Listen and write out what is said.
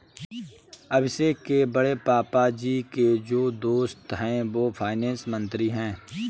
अभिषेक के बड़े पापा जी के जो दोस्त है वो फाइनेंस मंत्री है